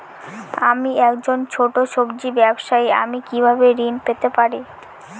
আমি একজন ছোট সব্জি ব্যবসায়ী আমি কিভাবে ঋণ পেতে পারি?